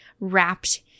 wrapped